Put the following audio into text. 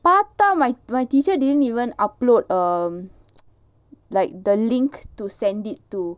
பாத்தா:paaththaa my my teacher didn't even upload um like the link to send it to